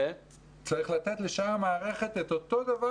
צריך לתת לשאר המערכת את אותו דבר